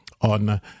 On